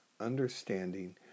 understanding